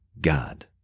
God